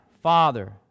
Father